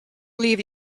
leave